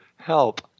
help